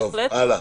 הלאה.